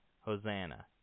Hosanna